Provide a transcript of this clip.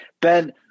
Ben